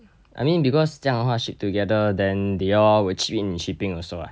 I mean because 这样的货 ship together then they all will chip in the shipping also [what]